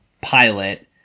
pilot